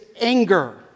anger